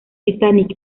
titanic